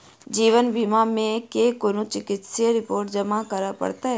जीवन बीमा मे केँ कुन चिकित्सीय रिपोर्टस जमा करै पड़त?